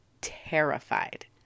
terrified